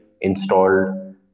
installed